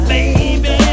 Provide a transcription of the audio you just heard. Baby